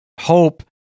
Hope